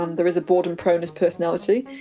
um there is a boredom proneness personality.